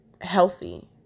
healthy